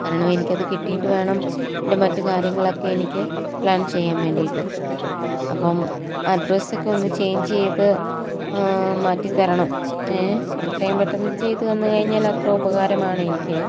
കാരണം എനിക്ക് അത് കിട്ടിയിട്ട് വേണം എൻ്റെ മറ്റു കാര്യങ്ങളൊക്കെ എനിക്ക് പ്ലാൻ ചെയ്യാൻ വേണ്ടിയിട്ട് അപ്പം അഡ്രസ്സ് ഒക്കെ ഒന്ന് ചേഞ്ച് ചെയ്ത് മാറ്റി തരണം ഏ എത്രയും പെട്ടെന്ന് ചെയ്ത് തന്ന് കഴിഞ്ഞാൽ അത്ര ഉപകാരമാണ് എനിക്ക്